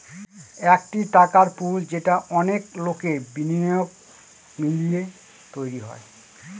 একটি টাকার পুল যেটা অনেক লোকের বিনিয়োগ মিলিয়ে তৈরী হয়